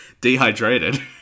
Dehydrated